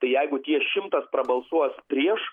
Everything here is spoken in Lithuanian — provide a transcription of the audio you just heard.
tai jeigu tie šimtas prabalsuos prieš